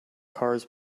cars